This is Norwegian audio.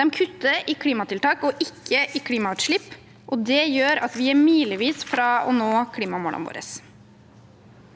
De kutter i klimatiltak og ikke i klimautslipp, og det gjør at vi er milevis fra å nå klimamålene våre.